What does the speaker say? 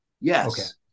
Yes